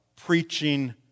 Preaching